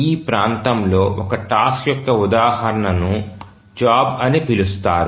ఈ ప్రాంతంలో ఒక టాస్క్ యొక్క ఉదాహరణను జాబ్ అని పిలుస్తారు